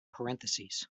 parentheses